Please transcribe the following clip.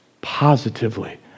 positively